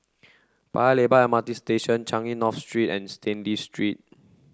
Paya Lebar M R T Station Changi North Street and Stanley Street